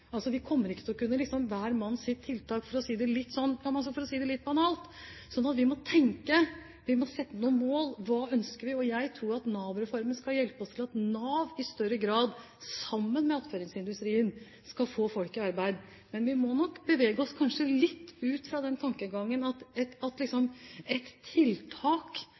Altså: Vi kommer ikke dit at hver mann sitt tiltak, for å si det litt banalt. Så vi må tenke, og vi må sette noen mål – hva ønsker vi? Jeg tror at Nav-reformen skal hjelpe oss til at Nav i større grad, sammen med attføringsindustrien, skal få folk i arbeid. Men vi må nok bevege oss litt bort fra den tankegangen at ett tiltak er det som på en måte får folk i arbeid. Den debatten ønsker jeg at